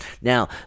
Now